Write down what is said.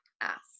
ask